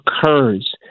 occurs